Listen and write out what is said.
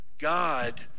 God